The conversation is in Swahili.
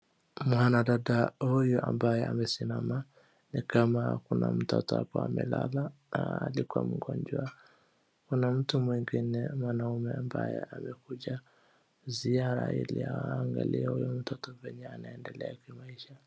Mwanadada huyu ambaye amesimama nikama kuna mtoto hapo amelala, alikuwa mgonjwa. Kuna mtu mwingine mwanamme ambaye amekuja ziara ili aangalie huyo mtoto venye anaendelea kimaisha .